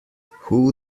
who